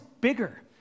bigger